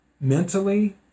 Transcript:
mentally